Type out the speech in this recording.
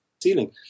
ceiling